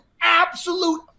absolute